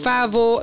Favo